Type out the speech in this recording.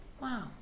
Wow